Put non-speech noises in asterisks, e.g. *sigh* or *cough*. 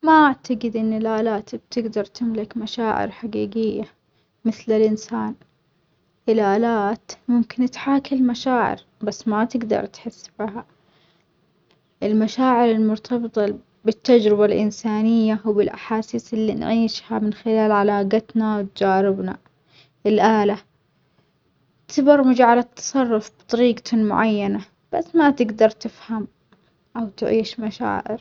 *noise* ما أعتجد إن الآلات بتجدر تملك مشاعر حجيجية مثل الإنسان، الآلات ممكن تحاكي المشاعر بس ما تجدر تحس بها، المشاعر المرتبطة بالتجربة الإنسانية وبالأحاسيس اللي نعيشها من خلال علاجاتنا وتجاربنا، الآلة تبرمج على التصرف بطريجة معينة بس ما تجدر تفهم أو تعيش مشاعر.